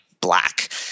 black